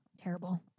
Terrible